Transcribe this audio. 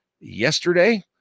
yesterday